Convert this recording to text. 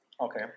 okay